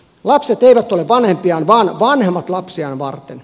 lapset eivät ole vanhempiaan vaan vanhemmat lapsiaan varten